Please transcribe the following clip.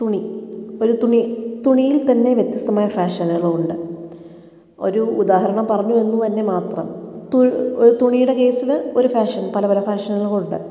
തുണി ഒരു തുണി തുണിയിൽത്തന്നെ വ്യത്യസ്തമായ ഫാഷനുകളുണ്ട് ഒരു ഉദാഹരണം പറഞ്ഞുവെന്നു തന്നെ മാത്രം തു തുണിയുടെ കേസിൽ ഒരു ഫാഷൻ പല പല ഫാഷനുകളുണ്ട്